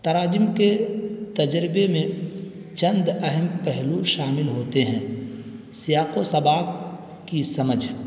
تراجم کے تجربے میں چند اہم پہلو شامل ہوتے ہیں سیاق و سباق کی سمجھ